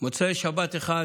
ובמוצאי שבת אחד